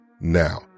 now